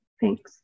thanks